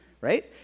Right